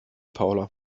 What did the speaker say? paula